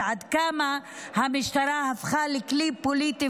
ועד כמה המשטרה הפכה לכלי פוליטי